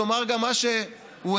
תאמר גם מה שהוא אמת,